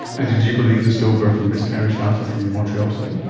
and did you believe the stillbirth and miscarriage data from the montreal study?